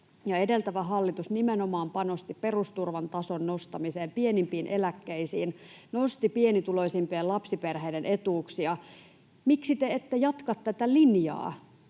Edeltävä hallitus nimenomaan panosti perusturvan tason nostamiseen, pienimpiin eläkkeisiin, nosti pienituloisimpien lapsiperheiden etuuksia. Miksi te ette jatka tätä linjaa?